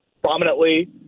prominently